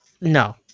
No